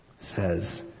says